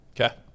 Okay